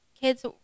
kids